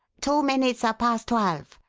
two minutes a-past twelve.